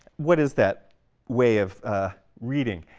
what is that way of reading?